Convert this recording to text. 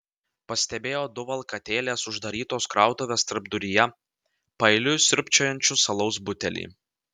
pastebėjo du valkatėles uždarytos krautuvės tarpduryje paeiliui siurbčiojančius alaus butelį